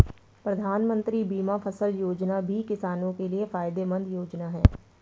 प्रधानमंत्री बीमा फसल योजना भी किसानो के लिये फायदेमंद योजना है